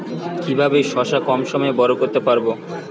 কিভাবে শশা কম সময়ে বড় করতে পারব?